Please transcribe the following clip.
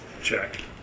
check